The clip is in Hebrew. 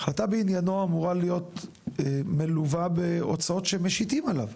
החלטה בעניינו אמורה להיות מלווה בהוצאות שמשיטים עליו,